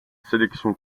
sélection